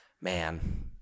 man